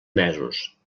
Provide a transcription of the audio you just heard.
mesos